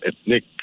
ethnic